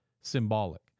symbolic